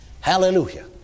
Hallelujah